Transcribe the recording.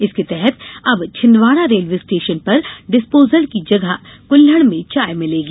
इसके तहत अब छिन्दवाड़ा रेलवे स्टेशन पर डिस्पोजल की जगह कुल्लहड में चाय भिलेगी